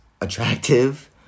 attractive